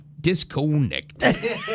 Disconnect